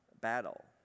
battle